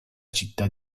città